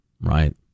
right